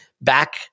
back